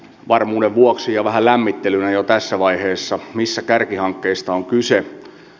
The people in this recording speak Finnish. varmuuden vuoksi ja vähän lämmittelynä jo tässä vaiheessa mistä kärkihankkeista on kyse